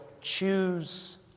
choose